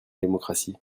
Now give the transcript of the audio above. démocratie